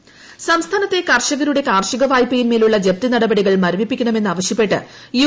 F ധർണ സംസ്ഥാനത്തെ കർഷകരുടെ കാർഷിക് വായ്പ്പയിൻ മേലുള്ള ജപ്തി നടപടികൾ മരവിപ്പിക്കണമെന്നാവശൃപ്പെട്ട് യു